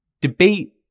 debate